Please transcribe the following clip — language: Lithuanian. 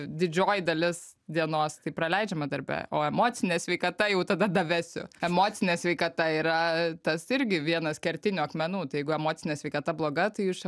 didžioji dalis dienos tai praleidžiama darbe o emocinė sveikata jau tada davesiu emocinė sveikata yra tas irgi vienas kertinių akmenų tai jeigu emocinė sveikata bloga tai jūs čia